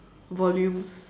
volumes